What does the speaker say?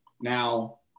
Now